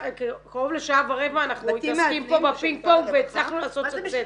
קרוב לשעה ורבע אנחנו מתעסקים פה בפינג פונג והצלחנו לעשות קצת סדר.